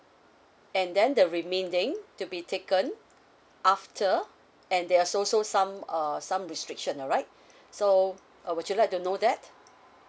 and then the remaining to be taken after and they are also some uh some restriction alright so would you like to know that